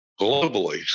globally